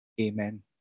Amen